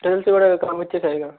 results కూడా కొన్ని వచ్చేసాయిగా